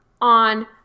on